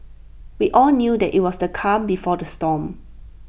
we all knew that IT was the calm before the storm